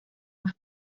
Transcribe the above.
más